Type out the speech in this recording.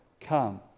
come